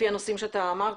לפי הנושאים שהעלית,